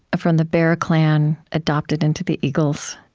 from the bear clan, adopted into the eagles.